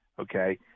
Okay